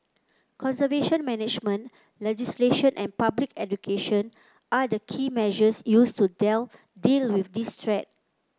conservation management legislation and public education are the key measures used to deal with this threat